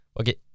okay